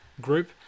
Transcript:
group